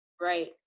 right